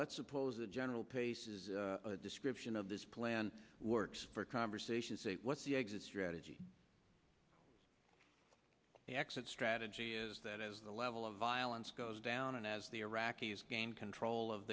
let's suppose that general pace's description of this plan works for conversation's what's the exit strategy the exit strategy is that as the level of violence goes down and as the iraqis gain control of